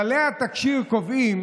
כללי התקשי"ר קובעים